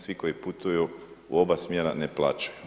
Svi koji putuju u oba smjera ne plaćaju.